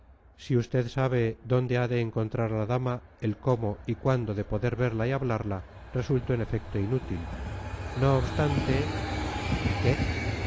si usted sabe dónde ha de encontrar a la dama el cómo y cuándo de poder verla y hablarla resulto en efecto inútil no obstante qué